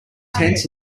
tents